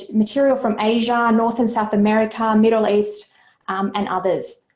material from asia, north and south america, middle east and others.